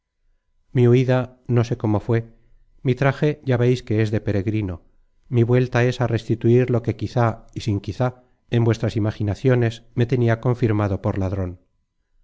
mi huida no sé cómo fué mi traje ya veis que es de peregrino mi vuelta es á restituir lo que quizá y sin quizá en vuestras imaginaciones me tenia confirmado por ladron